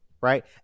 right